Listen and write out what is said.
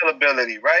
right